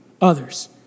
others